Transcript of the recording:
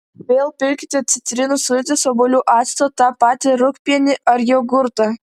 vėl pilkite citrinų sultis obuolių actą tą patį rūgpienį ar jogurtą